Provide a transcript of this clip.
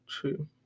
true